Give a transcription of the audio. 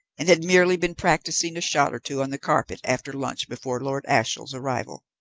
and had merely been practising a shot or two on the carpet after lunch before lord ashiel's arrival.